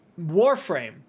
warframe